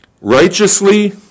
Righteously